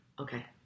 Okay